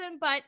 but-